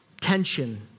tension